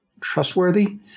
trustworthy